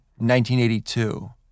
1982